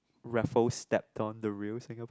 Raffles stepped on the real Singapore